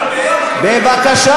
בבקשה,